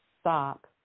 stop